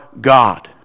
God